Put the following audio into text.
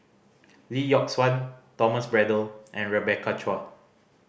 Lee Yock Suan Thomas Braddell and Rebecca Chua